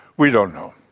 we don't know.